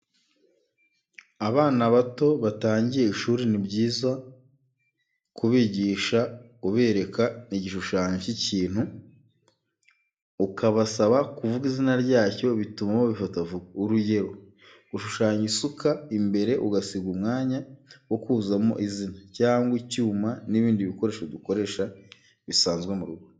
Abana bato batangiye ishuri ni byiza ku bigisha ubereka igishushanyo cy'ikintu ukabasaba kuvuga izina ryacyo bituma babifata vuba. Urugero gushushanya isuka imbere ugasiga umwanya wo kuzuzamo izina cyangwa icyuma n'ibindi bikoresho dukoresha bisanzwe mu rugo.